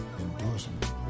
endorsement